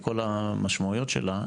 של כל המשמעויות שלה,